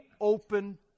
open